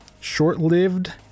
Short-lived